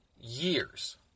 years